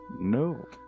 No